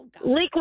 liquid